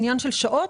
זה עניין של שעות.